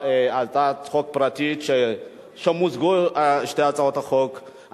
עברה בקריאה שלישית ותיכנס לספר החוקים של מדינת ישראל.